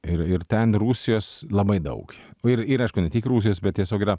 ir ir ten rusijos labai daug o ir ir aišku ne tik rusijos bet tiesiog yra